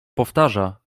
powtarza